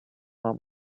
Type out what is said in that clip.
form